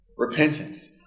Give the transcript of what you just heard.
repentance